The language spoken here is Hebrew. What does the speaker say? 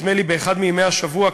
באחד מימי השבוע,